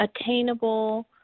attainable